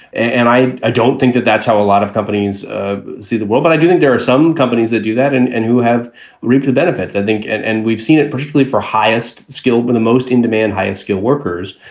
and i don't think that that's how a lot of companies see the world. but i do think there are some companies that do that and and who have reaped the benefits, i think and and we've seen it particularly for highest skilled with the most in demand, high skilled workers.